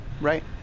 Right